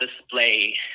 display